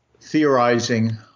theorizing